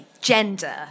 gender